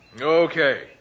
Okay